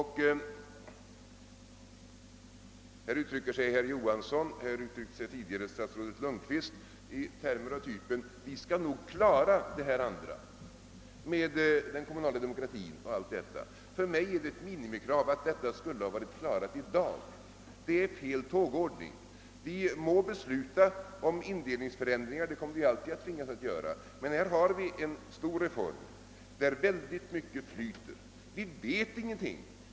Här uttrycker sig herr Johansson i Trollhättan — och det har tidigare statsrådet Lundkvist gjort — i termer av typen: »Vi skall nog klara den kommunala demokratin och allt detta.» För mig är det ett minimikrav att detta skulle ha varit avklarat i dag. Det är fel tågordning. Vi må besluta om indelningsförändringar. Det kommer vi alltid att tvingas göra. Men här har vi en stor reform som följs av väl digt mycket.